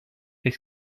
est